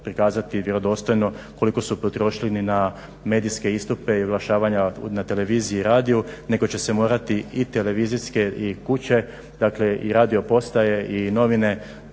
prikazati vjerodostojno koliko su potrošili na medijske istupe i oglašavanja na televiziji i radiju nego će se morati i televizijske kuće i radio postaje i novine